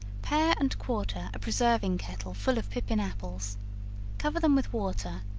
pare and quarter a preserving kettle full of pippin apples cover them with water,